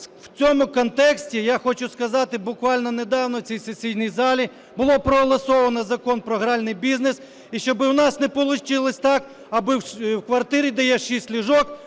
В цьому контексті я хочу сказати, буквально недавно в цій сесійній залі було проголосовано Закон про гральний бізнес, і щоб у нас не получилось так, аби в квартирі, де є шість ліжок,